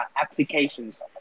applications